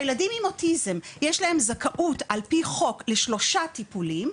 ילדים עם אוטיזם יש להם זכאות על פי חוק לשלושה טיפולים.